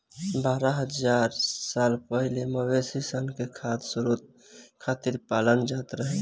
बारह हज़ार साल पहिले मवेशी सन के खाद्य स्रोत खातिर पालल जात रहे